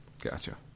Gotcha